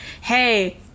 Hey